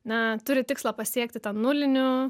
na turi tikslą pasiekti tą nulinių